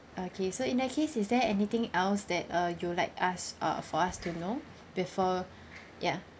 okay so in that case is there anything else that uh you like us uh for us to know before ya